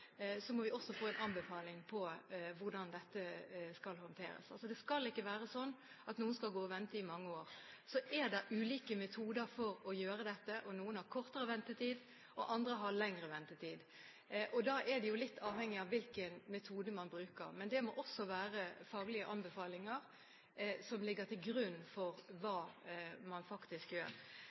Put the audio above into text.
skal håndteres. Det skal ikke være sånn at noen skal gå og vente i mange år. Så er det ulike metoder for å gjøre dette. Noen har kortere ventetid, og andre har lengre ventetid. Det er litt avhengig av hvilken metode man bruker. Men det må også være faglige anbefalinger som ligger til grunn for hva man faktisk gjør.